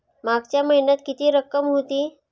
मागच्या महिन्यात किती रक्कम होती?